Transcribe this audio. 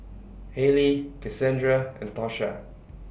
Haley Casandra and Tosha